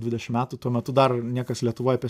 dvidešimt metų tuo metu dar niekas lietuvoj apie